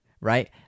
right